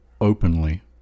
openly